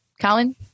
Colin